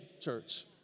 church